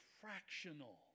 fractional